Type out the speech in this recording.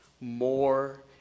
more